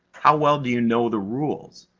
how well do you know the rules?